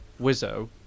wizzo